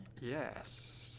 Yes